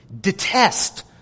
detest